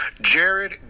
Jared